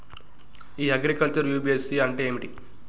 ఇ agriculture UPSC అంటే ఏమిటి?